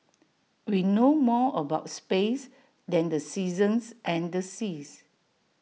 we know more about space than the seasons and the seas